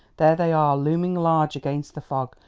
there they are, looming large against the fog.